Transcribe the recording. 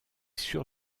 sur